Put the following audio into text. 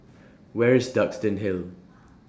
Where IS Duxton Hill